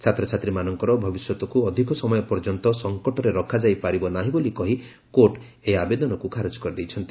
ଛାତ୍ରଛାତ୍ରୀମାନଙ୍କର ଭବିଷ୍ୟତକୁ ଅଧିକ ସମୟ ପର୍ଯ୍ୟନ୍ତ ସଂକଟରେ ରଖାଯାଇ ପାରିବ ନାହିଁ ବୋଲି କହି କୋର୍ଟ ଏହି ଆବେଦନକୁ ଖାରଜ କରିଦେଇଛନ୍ତି